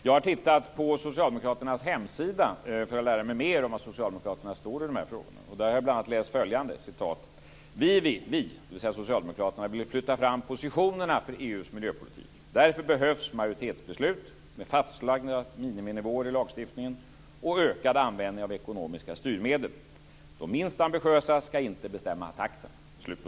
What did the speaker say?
Jag har tittat på Socialdemokraternas hemsida för att lära mig mer om var Socialdemokraterna står i de här frågorna, och där har jag läst bl.a. följande: "Vi vill flytta fram positionerna för EU:s miljöpolitik. Därför behövs majoritetsbeslut med fastlagda miniminivåer i lagstiftningen och ökad användning av ekonomiska styrmedel. De minst ambitiösa ska inte bestämma takten."